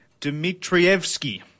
Dmitrievsky